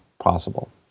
possible